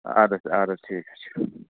آدٕ حظ آدٕ حظ ٹھیٖک حظ چھِ